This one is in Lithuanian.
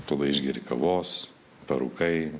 tada išgeri kavos parūkai